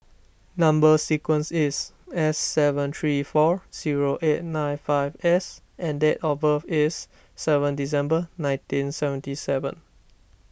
Number Sequence is S seven three four zero eight nine five S and date of birth is seven December nineteen seventy seven